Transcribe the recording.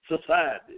society